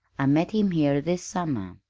i met him here this summer,